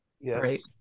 Yes